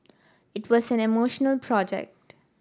it was an emotional project